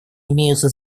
имеются